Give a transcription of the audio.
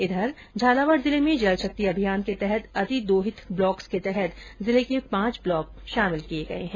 उधर झालावाड जिले में जलशक्ति अभियान के तहत अति दोहित ब्लॉक्स के तहत जिले के पांच ब्लॉक शामिल किये गये है